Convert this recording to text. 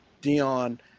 Dion